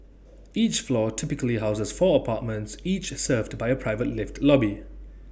each floor typically houses four apartments each served by A private lift lobby